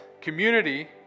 community